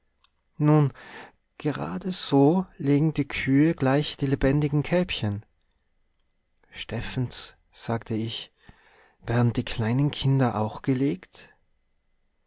nun grade so legen die kühe gleich die lebendigen kälbchen steffens sagte ich werden die kleinen kinder auch gelegt